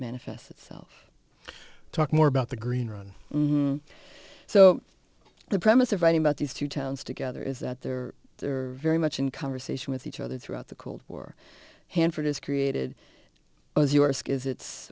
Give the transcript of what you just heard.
manifests itself talk more about the green run so the premise of writing about these two towns together is that they're very much in conversation with each other throughout the cold war hanford is created